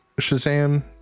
shazam